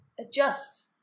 adjust